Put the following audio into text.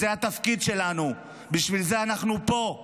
זה התפקיד שלנו, בשביל זה אנחנו פה.